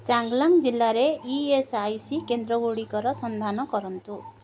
ଚାଙ୍ଗ୍ଲାଙ୍ଗ୍ ଜିଲ୍ଲାରେ E S I C କେନ୍ଦ୍ର ଗୁଡ଼ିକର ସନ୍ଧାନ କରନ୍ତୁ